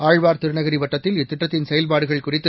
ஆழ்வார்திருநகரி வட்டத்தில் இத்திட்டத்தின் செயல்பாடுகள் குறித்து